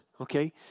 okay